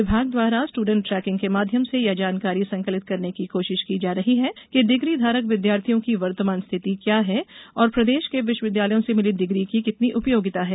विभाग द्वारा student tracking के माध्यम से यह जानकारी संकलित करने की कोशिश की जा रही है कि डिग्रीधारक विद्यार्थियों की वर्तमान स्थिति क्या है और प्रदेश के विश्वविद्यालयों से मिली डिग्री की कितनी उपयोगिता है